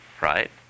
right